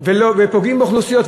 ופוגעים באוכלוסיות,